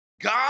God